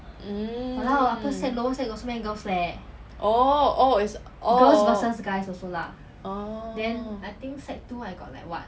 mm oh oh orh